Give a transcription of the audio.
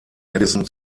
edison